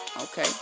Okay